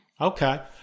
okay